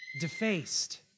defaced